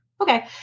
Okay